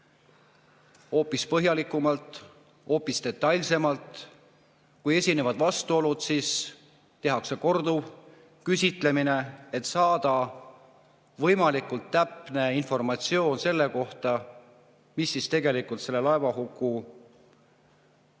hoopis põhjalikumalt, hoopis detailsemalt. Kui esinevad vastuolud, siis tehakse korduv küsitlemine, et saada võimalikult täpne informatsioon selle kohta, mis siis tegelikult selle laevahuku